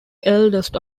eldest